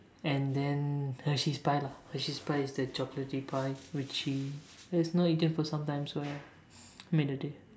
and then Hershey's pie lah Hershey pie is the chocolaty pie which she has not eaten for sometime so ya made her day